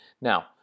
Now